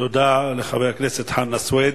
תודה לחבר הכנסת חנא סוייד.